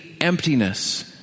emptiness